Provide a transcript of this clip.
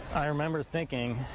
i remember thinking,